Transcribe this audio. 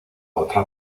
otra